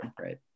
right